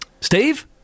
Steve